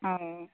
ᱳ